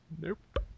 Nope